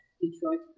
Detroit